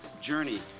journey